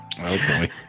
okay